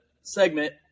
segment